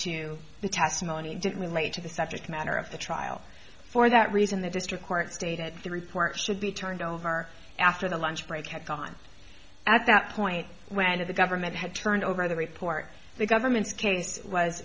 to the testimony didn't relate to the subject matter of the trial for that reason the district court stated the report should be turned over after the lunch break had gone at that point where the government had turned over the report the government's case was